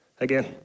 again